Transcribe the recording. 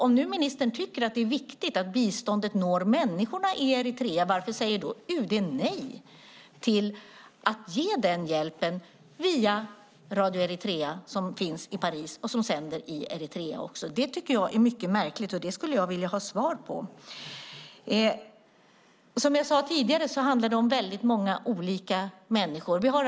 Om ministern tycker att det är viktigt att biståndet når människorna i Eritrea, varför säger UD nej till att ge den hjälpen via Radio Eritrea, som finns i Paris och som sänder också i Eritrea? Det är märkligt, och det vill jag ha svar på. Det här handlar om många olika människor.